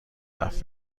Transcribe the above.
تلف